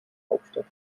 hauptstadt